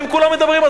ואם כולם מדברים,